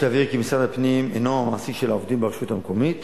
יש להבהיר כי משרד הפנים אינו המעסיק של העובדים ברשות המקומית,